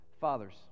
Fathers